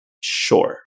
sure